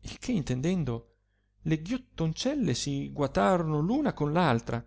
il che intendendo le ghiottoncelle si guatarono l una con altra